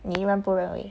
你认不认为